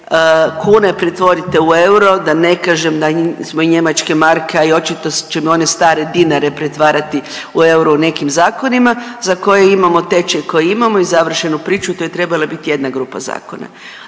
kune pretvorite euro, da ne kažem da smo i njemačke marke, a i očito ćemo one stare dinare pretvarati u euro u nekim zakonima za koje imamo tečaj koji imamo i završenu priču. To je trebala biti jedna grupa zakona.